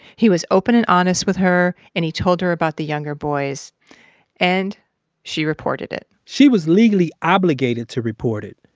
he was open and honest with her, and he told her about the younger boys and she reported it she was legally obligated to report it.